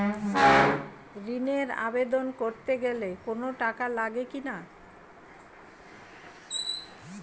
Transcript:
ঋণের আবেদন করতে গেলে কোন টাকা লাগে কিনা?